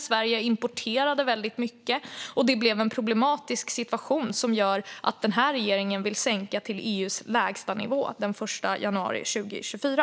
Sverige importerade väldigt mycket, och det blev en problematisk situation, vilket gör att den här regeringen vill sänka reduktionsplikten till EU:s lägstanivå den 1 januari 2024.